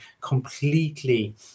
completely